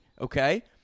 okay